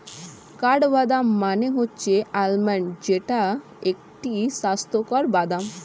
কাঠবাদাম মানে হচ্ছে আলমন্ড যেইটা একটি স্বাস্থ্যকর বাদাম